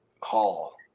Hall